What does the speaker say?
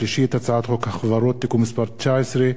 והצעת חוק החברות (תיקון מס' 19),